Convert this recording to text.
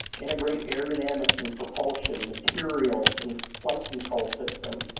integrate aerodynamics and propulsion, materials and flight control systems,